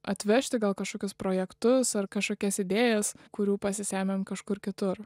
atvežti gal kašokius projektus ar kašokias idėjas kurių pasisėmėm kažkur kitur